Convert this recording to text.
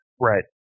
Right